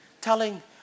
telling